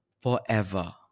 forever